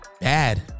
bad